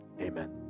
amen